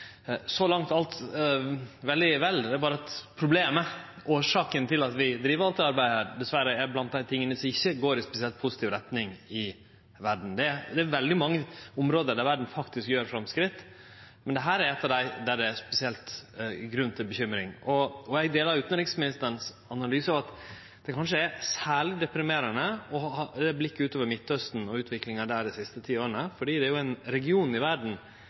Så langt er alt veldig bra. Det er berre at årsaka til at vi driv med alt dette arbeidet, dessverre er blant dei tinga som ikkje går i spesielt positiv retning i verda. Det er veldig mange område der verda faktisk gjer framsteg, men dette er eit av dei områda der det spesielt er grunn til bekymring. Eg deler utanriksministeren sin analyse av at det kanskje er særleg deprimerande å ha blikket retta utover Midtausten og sjå utviklinga der dei siste ti åra, for det er ein region i verda